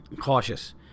cautious